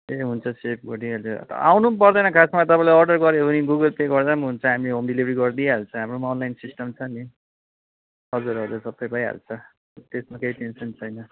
ए हुन्छ सेभ गरिहाल्छु आउनु पनि पर्दैन खासमा तपाईँले अर्डर गऱ्यो भने गुगल पे गर्दा पनि हुन्छ हामी होम डेलिभरी गरिदिई हाल्छौँ हाम्रोमा अनलाइन सिस्टम छ नि हजुर हजुर सबै भइहाल्छ त्यसमा केही टेन्सन छैन